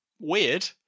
Weird